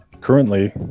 currently